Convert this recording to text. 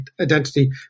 identity